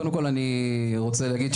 קודם כל אני רוצה להגיד,